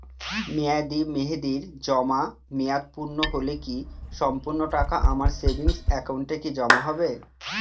মেয়াদী মেহেদির জমা মেয়াদ পূর্ণ হলে কি সম্পূর্ণ টাকা আমার সেভিংস একাউন্টে কি জমা হবে?